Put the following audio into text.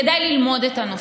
כדאי ללמוד את הנושא,